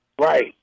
Right